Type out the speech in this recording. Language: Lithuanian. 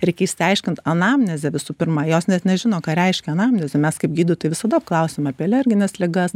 reikia išsiaiškint anamnezę visų pirma jos net nežino ką reiškia anamnezė mes kaip gydytojai visada apklausiame apie alergines ligas